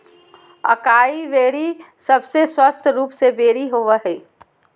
acai berry सबसे स्वस्थ रूप के बेरी होबय हइ